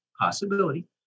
possibility